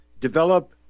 develop